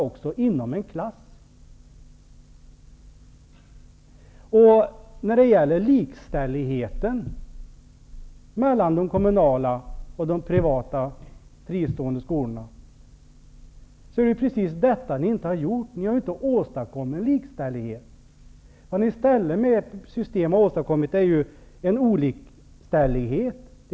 Vad ni inte har lyckats åstadkomma är likställdhet mellan privata och offentliga skolor. Vad ni med ert system i stället har åstadkommit är olikställdhet.